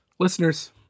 Listeners